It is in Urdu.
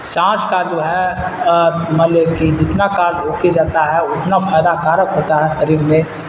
سانس کا جو ہے مان لیں کہ جتنا کاڈ اوکے رہتا ہے اتنا فائدہ کارک ہوتا ہے شریر میں